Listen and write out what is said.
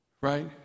Right